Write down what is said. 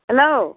hello